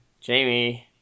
Jamie